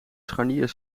scharnieren